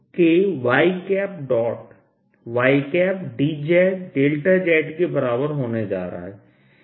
तो यह K y y dz के बराबर होने जा रहा है